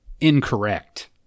incorrect